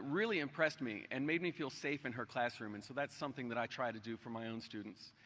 really impressed me and made me feel safe in her classroom. and so that's something that i try to do for my own students.